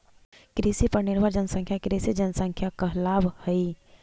कृषि पर निर्भर जनसंख्या कृषि जनसंख्या कहलावऽ हई